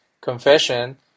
confession